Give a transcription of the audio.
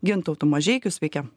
gintautu mažeikiu sveiki